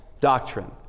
doctrine